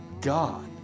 God